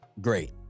great